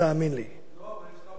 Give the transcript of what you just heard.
לא, אבל יש לך פריימריס עוד מעט.